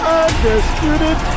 undisputed